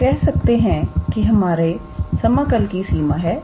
तो कह सकते हैं कि यह हमारे समाकल की सीमा है